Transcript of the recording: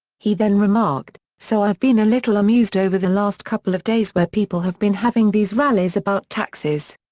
he then remarked, so i've been a little amused over the last couple of days where people have been having these rallies about taxes.